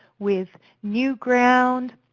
with new ground,